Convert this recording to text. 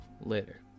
later